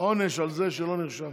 עונש על זה שלא נרשמת.